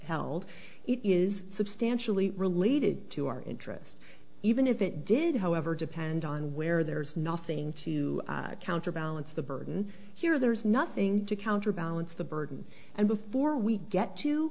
it is substantially related to our interest even if it did however depend on where there's nothing to counterbalance the burden here there's nothing to counterbalance the burdens and before we get to